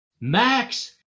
Max